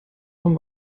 vom